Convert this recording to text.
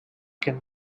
can